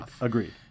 Agreed